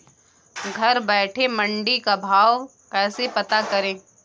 घर बैठे मंडी का भाव कैसे पता करें?